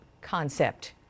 concept